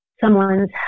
someone's